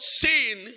sin